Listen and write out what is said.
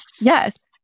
Yes